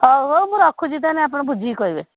ହେଉ ହେଉ ମୁଁ ରଖୁଛି ତାହେଲେ ଆପଣ ବୁଝିକି କହିବେ